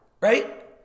right